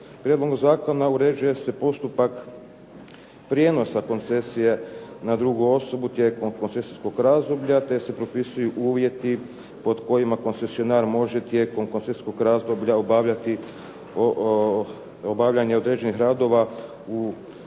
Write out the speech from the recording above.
Prijedlogom zakona uređuje se postupak prijenosa koncesije na drugu osobu tijekom koncesijskog razdoblja te se propisuju uvjeti pod kojima koncesionar može tijekom koncesijskog razdoblja obavljanje određenih radova u izgradnji